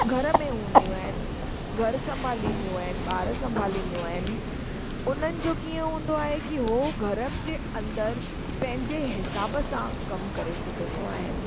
घर में हूंदियूं आहिनि घर संभालीदियूं आहिनि बार संभालीदियूं आहिनि उन्हनि जो कीअं हूंदो आहे की उहो घर जे अंदरि पंहिंजे हिसाब सां कमु करे सघंदियूं आहिनि